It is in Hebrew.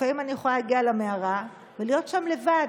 לפעמים אני יכולה להגיע למערה ולהיות שם לבד,